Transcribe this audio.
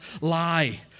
lie